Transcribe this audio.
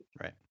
Right